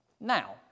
Now